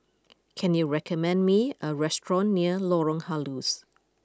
can you recommend me a restaurant near Lorong Halus